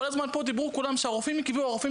כולם אמרו פה כל הזמן "שהרופאים יקבעו, שהרופאים